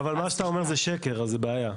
אבל מה שאתה אומר זה שקר אז זה בעיה,